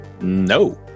No